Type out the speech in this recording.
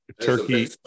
turkey